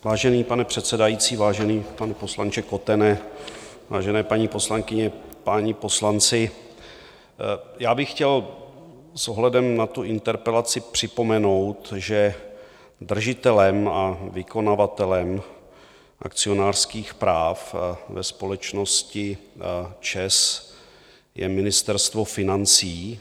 Vážený pane předsedající, vážený pane poslanče Kotene, vážené paní poslankyně, páni poslanci, já bych chtěl s ohledem na tu interpelaci připomenout, že držitelem a vykonavatelem akcionářských práv ve společnosti ČEZ je Ministerstvo financí.